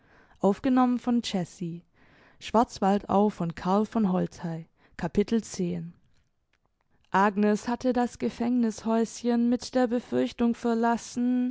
capitel agnes hatte das gefängniß häuschen mit der befürchtung verlassen